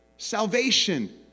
Salvation